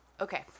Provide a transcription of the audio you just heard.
Okay